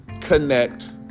connect